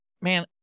Man